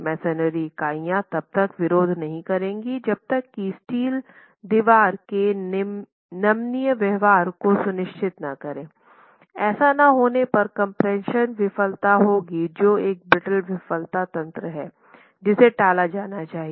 masonry इकाइयां तब तक विरोध नहीं करेंगी जब तक कि स्टील दीवार के नमनीय व्यवहार को सुनिश्चित न करें ऐसा न होने पर कम्प्रेशन विफलता होगी जो एक ब्रिटल विफलता तंत्र है जिसे टाला जाना चाहिए